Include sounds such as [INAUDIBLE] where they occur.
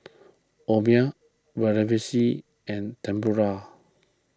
[UNINTELLIGIBLE] Vermicelli and Tempura